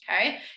Okay